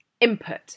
input